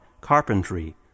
carpentry